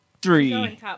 Three